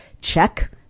check